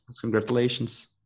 congratulations